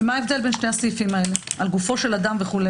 מה ההבדל בין שני הסעיפים על גופו של אדם וכו'?